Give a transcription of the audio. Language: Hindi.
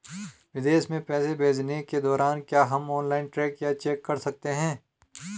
विदेश में पैसे भेजने के दौरान क्या हम ऑनलाइन ट्रैक या चेक कर सकते हैं?